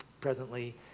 presently